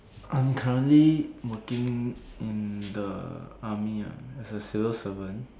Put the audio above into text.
I'm currently working in in the army ah as a civil servant